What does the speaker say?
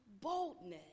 boldness